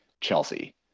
Chelsea